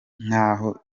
nkaho